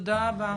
תודה רבה.